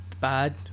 Bad